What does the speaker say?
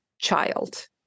child